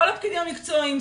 כל הגורמים המקצועיים,